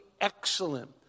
excellent